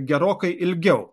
gerokai ilgiau